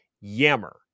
Yammer